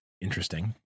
interesting